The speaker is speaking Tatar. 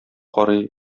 карый